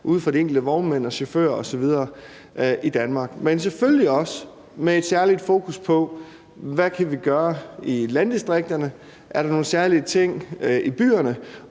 ude fra de enkelte vognmænd og chauffører osv. i Danmark. Men det er selvfølgelig også med et særligt fokus på, hvad vi kan gøre i landdistrikterne. Er der nogle særlige ting i byerne,